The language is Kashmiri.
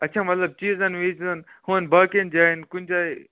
اَچھا مطلب چیٖزَن ویٖزَن ہُمَن باقِیَن جایَن کُنہِ جایہِ